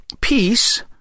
peace